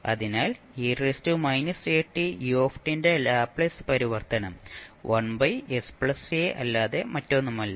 അതിനാൽ ന്റെ ലാപ്ലേസ് പരിവർത്തനം അല്ലാതെ മറ്റൊന്നുമല്ല